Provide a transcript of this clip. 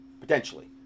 potentially